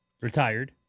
Retired